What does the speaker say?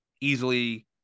easily